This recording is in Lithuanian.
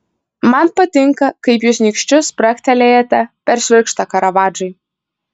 man patinka kaip jūs nykščiu spragtelėjate per švirkštą karavadžai